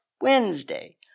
Wednesday